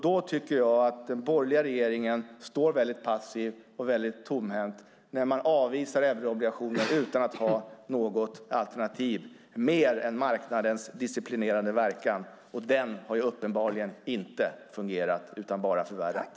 Då tycker jag att den borgerliga regeringen står väldigt passiv och tomhänt när den avvisar euroobligationer utan att ha något alternativ mer än marknadens disciplinerande verkan, och den har uppenbarligen inte fungerat utan bara förvärrat.